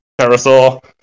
Pterosaur